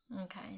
okay